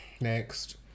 next